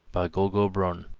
golgo brone